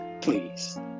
Please